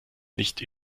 nicht